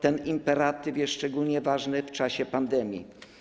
Ten imperatyw jest szczególnie ważny w czasie pandemii.